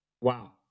Wow